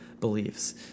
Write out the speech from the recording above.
beliefs